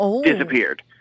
disappeared